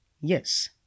yes